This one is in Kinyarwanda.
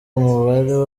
umubare